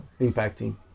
impacting